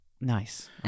nice